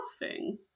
laughing